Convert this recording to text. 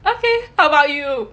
okay how about you